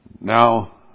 Now